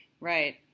Right